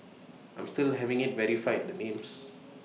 I'm still having IT verified the names